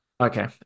Okay